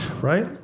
right